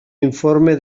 informe